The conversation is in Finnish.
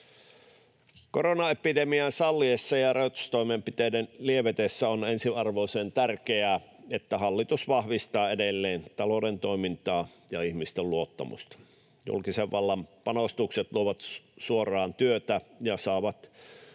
Koronaepidemian salliessa ja rajoitustoimenpiteiden lievetessä on ensiarvoisen tärkeää, että hallitus vahvistaa edelleen talouden toimintaa ja ihmisten luottamusta. Julkisen vallan panostukset luovat suoraan työtä ja saavat